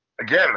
again